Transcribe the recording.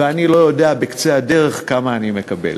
ואני לא יודע בקצה הדרך כמה אני מקבל.